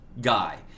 guy